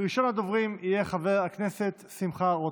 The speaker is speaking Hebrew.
ראשון הדוברים יהיה חבר הכנסת שמחה רוטמן.